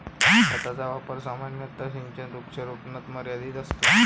खताचा वापर सामान्यतः सिंचित वृक्षारोपणापुरता मर्यादित असतो